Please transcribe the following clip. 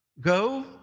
Go